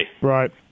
Right